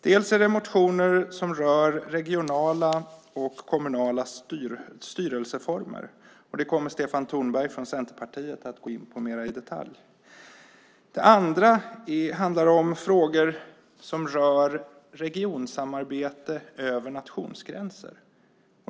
Det är motioner som rör regionala och kommunala styrelseformer - det kommer Stefan Tornberg från Centerpartiet att gå in på mera i detalj. Det andra är frågor som rör regionsamarbete över nationsgränser.